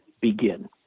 begin